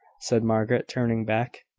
said margaret, turning back.